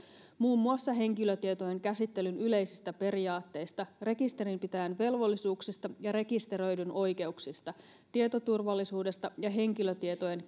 muun muassa henkilötietojen käsittelyn yleisistä periaatteista rekisterinpitäjän velvollisuuksista ja rekisteröidyn oikeuksista tietoturvallisuudesta ja henkilötietojen